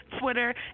Twitter